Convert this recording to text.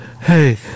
hey